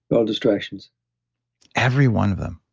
but all distractions every one of them.